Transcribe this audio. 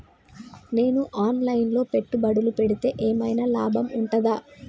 నేను online లో పెట్టుబడులు పెడితే ఏమైనా లాభం ఉంటదా?